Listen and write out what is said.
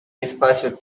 espacio